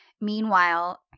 Meanwhile